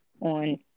on